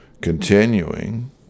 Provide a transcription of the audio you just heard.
Continuing